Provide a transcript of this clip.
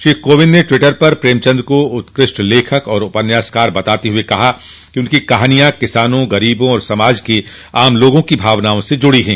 श्री कोविन्द ने टवीटर पर प्रेमचंद को उत्कृष्ट लेखक और उपन्यासकार बताते हुए कहा कि उनकी कहानियां किसानों गरीबों और समाज के आम लोगों की भावनाओं से जुड़ी हैं